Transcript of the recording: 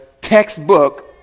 textbook